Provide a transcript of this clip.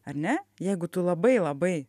ar ne jeigu tu labai labai